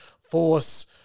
Force